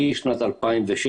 משנת 2007,